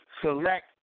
select